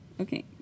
Okay